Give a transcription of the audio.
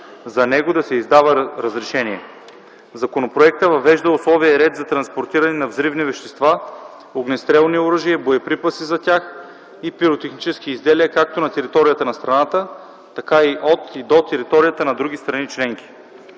за него, да се издава разрешение. Законопроектът въвежда условия и ред за транспортиране на взривни вещества, огнестрелни оръжия и боеприпаси за тях и пиротехнически изделия както на територията на страната, така и от и до територията на други страни членки.